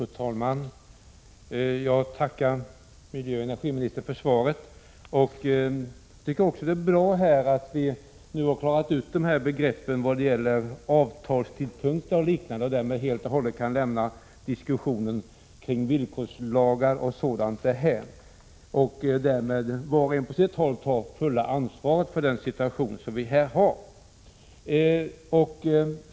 Fru talman! Jag tackar miljöoch energiministern för svaret. Jag tycker att det är bra att vi nu har klarat ut begreppen vad gäller avtalstidpunkter och liknande, så att vi därmed kan lämna diskussionen kring villkorslagar och sådant och var och en på sitt håll ta fulla ansvaret för den situation som vi nu har.